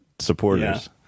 supporters